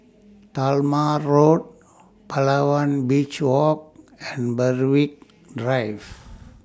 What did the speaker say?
Talma Road Palawan Beach Walk and Berwick Drive